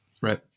Right